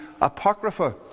Apocrypha